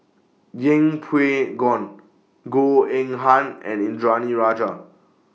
Yeng Pway Ngon Goh Eng Han and Indranee Rajah